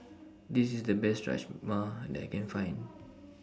This IS The Best Rajma that I Can Find